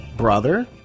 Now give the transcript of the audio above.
brother